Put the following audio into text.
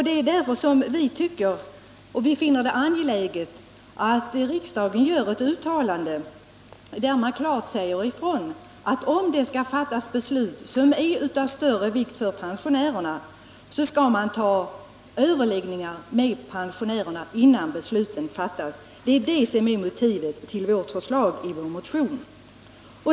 Det är därför vi finner det angeläget att riksdagen gör ett uttalande och klart säger ifrån att om det skall fattas beslut som är av större vikt för pensionärerna, så skall man överlägga med dem innan beslutet fattas. Det är motivet till förslaget i vår motion.